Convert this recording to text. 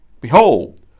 Behold